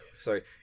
Sorry